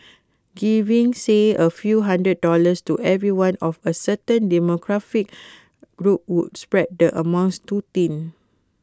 giving say A few hundred dollars to everyone of A certain demographic group would spread the amounts too thin